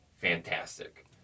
fantastic